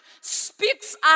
Speaks